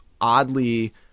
oddly